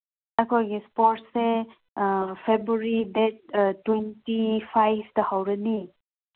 ꯑꯩꯈꯣꯏꯒꯤ ꯏꯁꯄꯣꯔꯠꯁꯁꯦ February date twenty ꯐꯥꯏꯚꯇ ꯍꯧꯔꯅꯤ